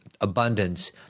abundance